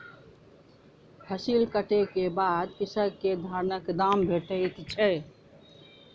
फसिल कटै के बाद कृषक के धानक दाम भेटैत छै